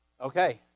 Okay